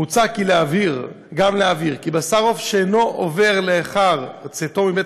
מוצע גם להבהיר כי בשר עוף שאינו עובר לאחר צאתו מבית